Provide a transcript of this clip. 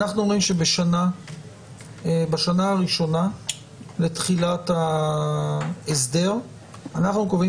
אנחנו אומרים שבשנה הראשונה לתחילת הסדר אנחנו קובעים